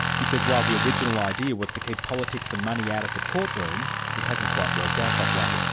he says while the original idea was to keep politics and money out of the courtroom, it hasn't quite worked out that way,